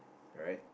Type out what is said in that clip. alright